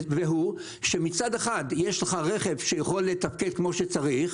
והוא שמצד אחד יש לך רכב שיכול לתפקד כמו שצריך,